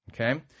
Okay